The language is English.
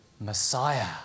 Messiah